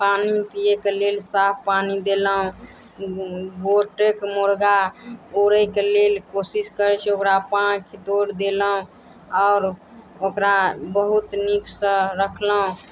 पानि पियैके लेल साफ पानी देलहुॅं गोटेक मुर्गा ओरैके लेल कोशिश करै छै ओकरा पाॅंखि तोड़ि देलहुॅं आओर ओकरा बहुत नीकसँ रखलहुॅं